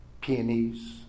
peonies